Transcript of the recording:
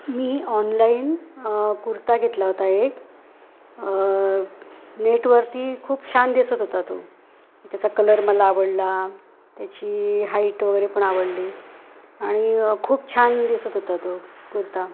मी online कुर्ता घेतला होता एक नेटवरती खूप छान दिसत होता तो त्याचा कलर मला आवडला त्याची हाईट वगैरे पण आवडली आणि खूप छान दिसत होता तो कुर्ता